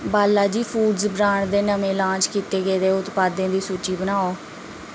Balaji foods brand दे नमें launch कीते गेदे उत्पादें दी सूची बनाओ